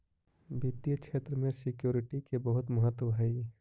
वित्तीय क्षेत्र में सिक्योरिटी के बहुत महत्व हई